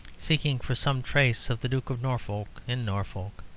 seeking for some trace of the duke of norfolk in norfolk.